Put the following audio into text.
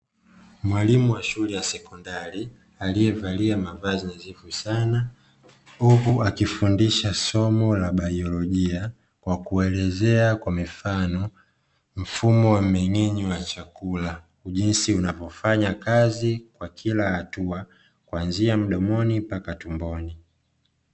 Mwalimu wa shule ya sekondari, aliyevalia mavazi nadhifu sana, huku akifundisha somo la baiolojia kwa kuwaelezea kwa mifano mfumo wa mmeng'enyo wa chakula jinsi unavyofanya kazi kwa kila hatua, kuanzia mdomoni mpaka tumboni.